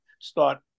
start